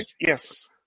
Yes